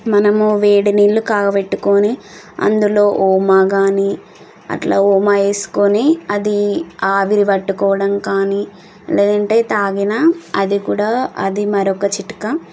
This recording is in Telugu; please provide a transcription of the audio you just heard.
మనము వేడి నీళ్ళు కాగపెట్టుకొని అందులో ఓమా కానీ అట్లా ఓమా వేసుకొని అది ఆవిరి పట్టుకోవడం కానీ లేదంటే తాగిన అది కూడా అది మరొక చిట్కా